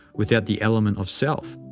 without the element of self.